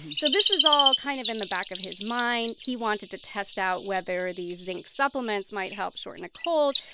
so this was all kind of in the back of his mind. he wanted to test out whether these zinc supplements might help shorten a cold.